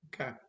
okay